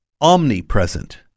omnipresent